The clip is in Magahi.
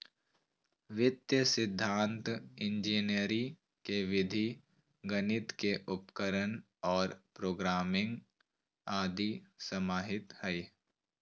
वित्तीय सिद्धान्त इंजीनियरी के विधि गणित के उपकरण और प्रोग्रामिंग आदि समाहित हइ